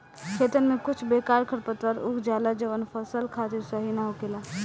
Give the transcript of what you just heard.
खेतन में कुछ बेकार खरपतवार उग जाला जवन फसल खातिर सही ना होखेला